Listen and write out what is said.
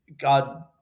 God